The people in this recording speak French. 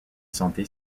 santé